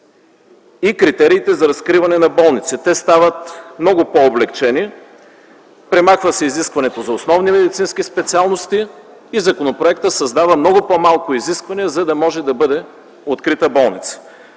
и критериите за разкриване на болниците стават много по-облекчени. Премахва се изискването за основни медицински специалности и законопроектът създава много по-малки изисквания, за да може да бъде открита болница.